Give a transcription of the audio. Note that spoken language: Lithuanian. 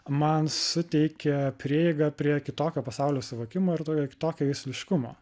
man suteikė prieigą prie kitokio pasaulio suvokimo ir tokio kitokio jusliškumo